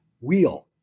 wheel